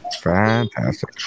Fantastic